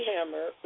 Hammer